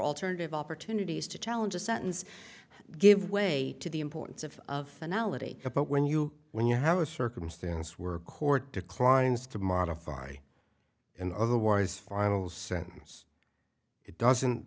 alternative opportunities to challenge a sentence give way to the importance of of anality but when you when you have a circumstance where a court declines to modify an otherwise final sentence it doesn't